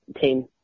team